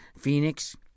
Phoenix